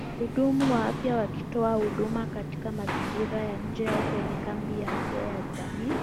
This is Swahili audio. Wahudumu wa afya wakitoa huduma katika mazingira ya nje au kwenye kambi ya afya ya jamii.